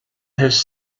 his